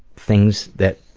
things that,